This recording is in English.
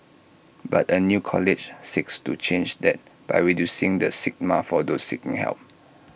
but A new college seeks to change that by reducing the stigma for those seeking help